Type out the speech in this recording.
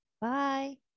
Bye